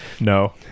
no